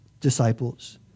disciples